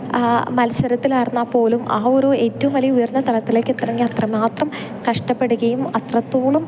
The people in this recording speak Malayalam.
മത്സരത്തിലായിരുന്നാൽ പോലും ആ ഒരു ഏറ്റവും വലിയ ഉയർന്ന തലത്തിലേക്ക് എത്തണമെങ്കിൽ അത്ര മാത്രം കഷ്ടപ്പെടുകയും അത്രത്തോളം